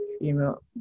female